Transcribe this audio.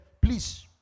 please